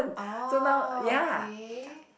oh okay